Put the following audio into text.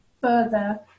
further